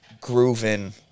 grooving